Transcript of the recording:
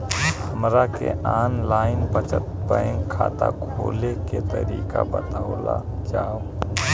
हमरा के online बचत बैंक खाता खोले के तरीका बतावल जाव?